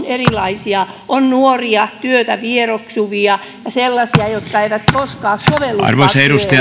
erilaisia on nuoria työtä vieroksuvia ja sellaisia jotka eivät koskaan sovellukaan työelämään